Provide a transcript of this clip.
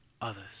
others